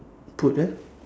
put the